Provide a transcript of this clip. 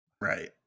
Right